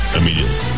immediately